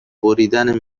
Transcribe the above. بریدن